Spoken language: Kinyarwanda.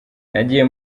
nagiye